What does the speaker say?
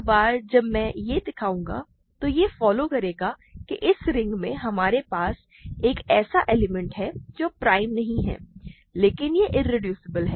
एक बार जब मैं यह दिखाऊंगा तो यह फॉलो करेगा कि इस रिंग में हमारे पास एक ऐसा एलिमेंट है जो प्राइम नहीं है लेकिन यह इरेड्यूसबल है